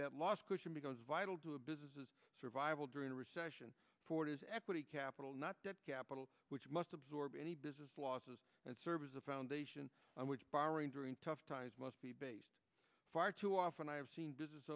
that last question becomes vital to a businesses survival during a recession ford is equity capital not debt capital which must absorb any business losses and serve as a foundation on which borrowing during tough times must be based far too often i have seen business